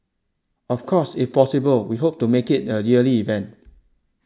of course if possible we hope to make it a yearly event